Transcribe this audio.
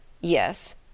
Yes